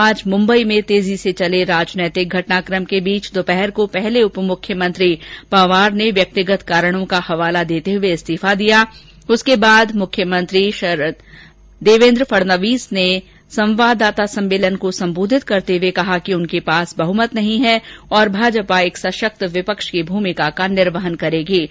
आज मुम्बई में तेजी से चले राजनैतिक घटनाकम के बीच दोपहर को पहले उप मुख्यमंत्री श्री पंवार ने व्यक्तिगत कारणों का हवाला देते हुए इस्तीफा दिया उसके बाद मुख्यमंत्री देवेन्द्र फडणवीस ने एक संवाददाता सम्मेलन को संबोधित करते हुए कहा कि उनके पास बहमत नहीं है और भाजपा एक सशक्त विपक्ष की भूमिका का निर्वहन करेगी ै